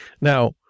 Now